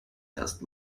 erst